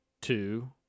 two